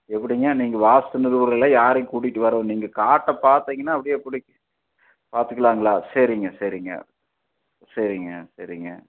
எப்படிங்க நீங்கள் வாஸ்து நிருபர்களெலாம் யாரையும் கூட்டிகிட்டு வர வேணாம் நீங்கள் காட்டை பார்த்தீங்கன்னா அப்படியே பிடிக்கும் பார்த்துக்கலாங்களா சரிங்க சரிங்க சரிங்க சரிங்க